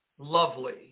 lovely